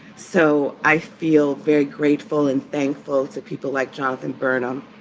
so i feel very grateful and thankful to people like jonathan burnham,